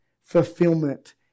Fulfillment